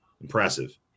impressive